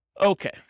Okay